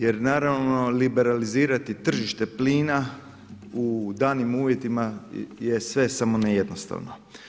Jer naravno, liberalizirati tržište plina u danim uvjetima je sve samo ne jednostavno.